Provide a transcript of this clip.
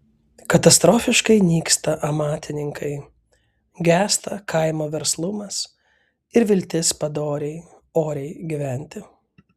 katastrofiškai nyksta amatininkai gęsta kaimo verslumas ir viltis padoriai oriai gyventi